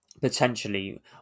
potentially